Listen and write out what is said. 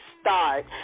start